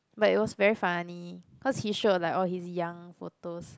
but it was very funny cause he showed like all his young photos